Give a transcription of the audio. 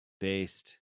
Based